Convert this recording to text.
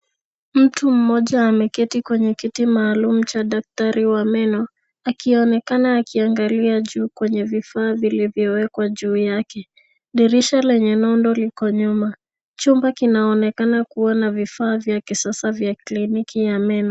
Mtu mmoja ameketi kwenye kiti maalum cha daktari wa meno akionekana akiangalia juu kwenye vifaa vilivyowekwa juu yake. Dirisha lenye nondo liko nyuma. Chumba kinaonekana kuwa na vifaa vya kisasa vya kliniki ya meno.